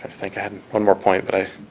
think i had one more point. but i